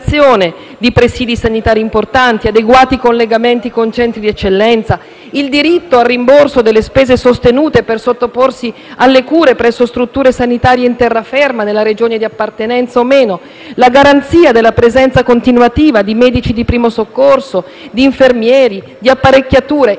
il diritto al rimborso delle spese sostenute per sottoporsi alle cure presso strutture sanitarie in terraferma nella Regione di appartenenza o no, la garanzia della presenza continuativa di medici di primo soccorso, di infermieri, di apparecchiature, in proporzione tra l'altro ai periodi dell'anno